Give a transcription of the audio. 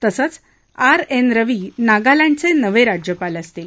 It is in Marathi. तसंच आर एन रवी नागालँडचे नवे राज्यपाल असतील